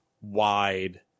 wide